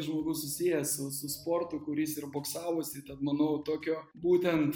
žmogus susijęs su su sportu kuris ir boksavosi tad manau tokio būtent